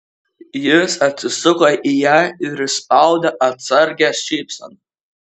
jis atsisuko į ją ir išspaudė atsargią šypseną